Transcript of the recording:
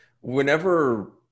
Whenever